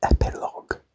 epilogue